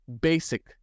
basic